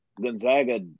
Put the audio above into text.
Gonzaga